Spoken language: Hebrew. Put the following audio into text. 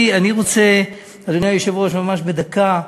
אני רוצה, אדוני היושב-ראש, ממש בדקה,